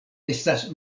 estas